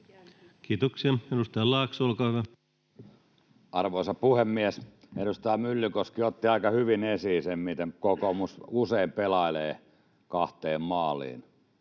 Kiitoksia. — Edustaja Laakso, olkaa hyvä. Arvoisa puhemies! Edustaja Myllykoski otti aika hyvin esiin sen, miten kokoomus usein pelailee kahteen maaliin